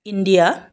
India